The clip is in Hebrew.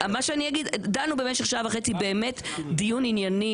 ודנו במשך שעה וחצי באמת דיון ענייני,